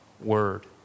word